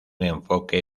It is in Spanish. enfoque